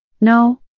No